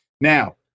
Now